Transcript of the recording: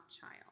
child